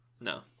no